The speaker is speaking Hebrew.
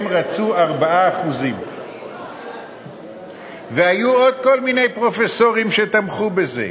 הם רצו 4%. והיו עוד כל מיני פרופסורים שתמכו בזה.